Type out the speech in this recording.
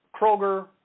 Kroger